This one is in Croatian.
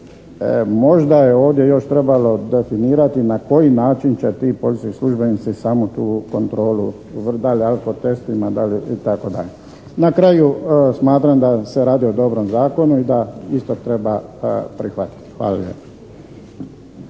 Možda je ovdje još trebalo definirati na koji način će ti policijski službenici samo tu kontrolu, da li alkotestima itd. Na kraju, smatram da se radi o dobrom zakonu i da isto treba prihvatiti. Hvala